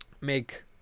make